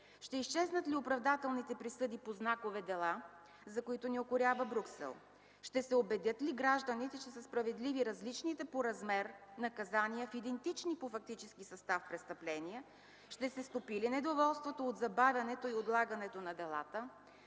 Ще изчезнат ли оправдателните присъди по знакови дела, за които ни укорява Брюксел? Ще се убедят ли гражданите, че са справедливи различните по размер наказания в идентични по фактически състав престъпления? Ще се стопи ли недоволството от забавянето и отлагането на делата?